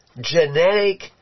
genetic